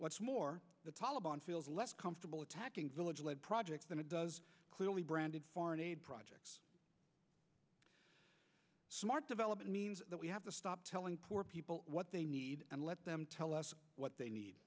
what's more the taliban feels less comfortable attacking village led projects than it does clearly branded foreign aid projects smart development means that we have to stop telling poor people what they need and let them tell us what they need